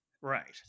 Right